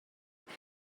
that